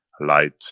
light